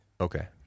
okay